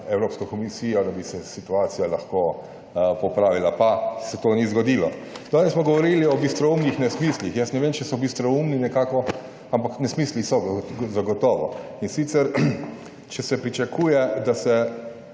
Evropsko komisijo, da bi se situacija lahko popravila, pa se to ni zgodilo. Danes smo govorili o bistroumnih nesmislih. Jaz ne vem, če so bistroumni nekako, ampak nesmisli so zagotovo. In sicer, če se pričakuje, da se